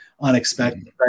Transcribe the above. unexpected